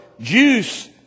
juice